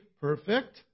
perfect